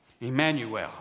Emmanuel